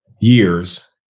years